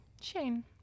Shane